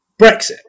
Brexit